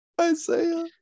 Isaiah